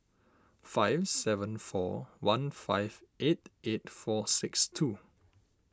five seven four one five eight eight four six two